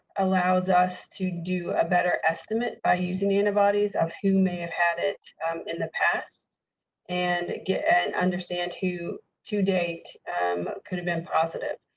allows us to do a better estimate by using you. nobody's off who may have had it in the past and get and understand who to date, um could have been positive.